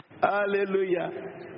Hallelujah